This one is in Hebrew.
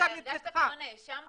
אתה הרגשת כמו נאשם כאן?